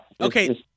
Okay